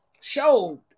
showed